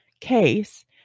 case